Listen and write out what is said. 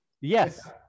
yes